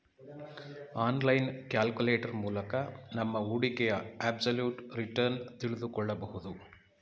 online calculator ಮೂಲಕ ನಮ್ಮ ಹೂಡಿಕೆಯ ಅಬ್ಸಲ್ಯೂಟ್ ರಿಟರ್ನ್ ತಿಳಿದುಕೊಳ್ಳಬಹುದು